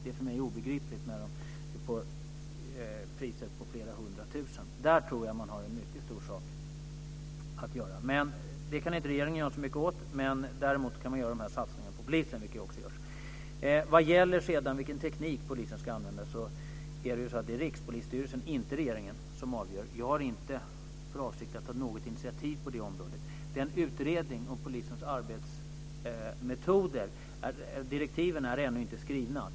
Det är för mig obegripligt när det handlar om priser på flera hundratusen. Där tror jag att man har en mycket stor sak att göra. Men det här kan inte regeringen göra så mycket åt. Däremot kan man göra de här satsningarna på polisen, vilka också görs. När det gäller vilken teknik polisen ska använda så är det Rikspolisstyrelsen och inte regeringen som avgör det. Jag har inte för avsikt att ta något initiativ på det området. När det gäller utredningen om polisens arbetsmetoder är direktiven ännu inte skrivna.